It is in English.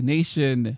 Nation